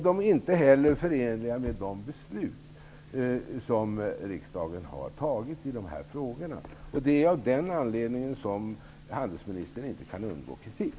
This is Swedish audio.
Den är inte heller förenlig med de beslut som riksdagen har fattat i dessa frågor. Det är av den anledningen som utrikeshandelsministern inte kan undgå kritik.